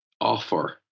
offer